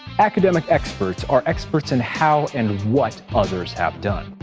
academic experts are experts in how and what others have done.